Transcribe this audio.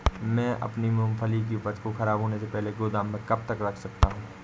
मैं अपनी मूँगफली की उपज को ख़राब होने से पहले गोदाम में कब तक रख सकता हूँ?